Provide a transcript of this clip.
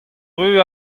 ruz